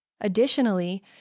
Additionally